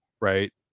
right